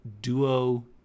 Duo